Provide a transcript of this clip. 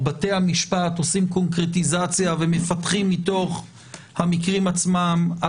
ובתי המשפט עושים קונקרטיזציה ומפתחים הלכות פסוקות מתוך המקרים עצמם.